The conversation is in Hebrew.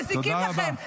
מזיקים לכם.